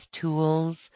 tools